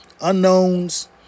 Unknowns